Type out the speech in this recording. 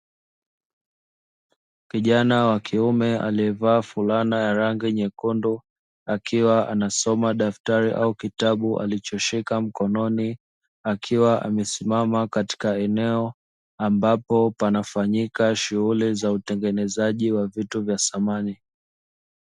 Kijana wa kiume aliyevaa fulana ya rangi nyekundu akiwa anasoma daftari au kitabu alichoshika mkononi akiwa amesimama katika eneo ambapo zinafanyika shughuli za utengenezaji wa vitu vya samani.